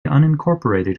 unincorporated